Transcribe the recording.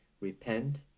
Repent